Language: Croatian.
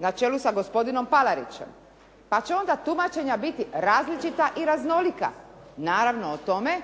na čelu sa gospodinom Palarićem. Pa će onda tumačenja biti različita i raznolika. Naravno o tome